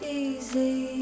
easy